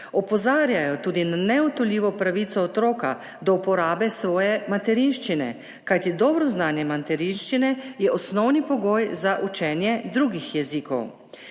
Opozarjajo tudi na neodtujljivo pravico otroka do uporabe svoje materinščine, kajti dobro znanje materinščine je osnovni pogoj za učenje drugih jezikov.